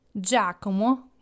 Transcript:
Giacomo